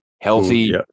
healthy